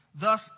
Thus